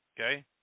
Okay